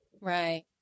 Right